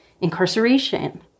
incarceration